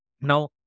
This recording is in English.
Now